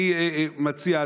אני מציע,